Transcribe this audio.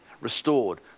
restored